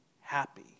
happy